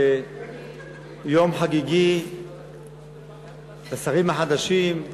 זה יום חגיגי לשרים החדשים,